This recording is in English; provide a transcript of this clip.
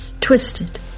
twisted